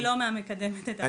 אני לא מהמקדמים של זה.